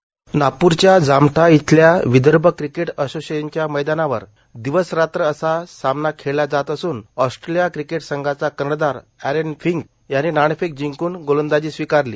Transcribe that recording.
voice cast नागपूरच्या जामठा इथल्या Vidarbha cricket असोसिएशनच्या मैदानावर दिवस रात्र असा हा समना खेळल्या जात असून ऑस्ट्रेलिया क्रिकेट संघाचा कर्णधार एरन फिंच यानं नाणेफेक जिंकून गोलंदाजी स्वीकारली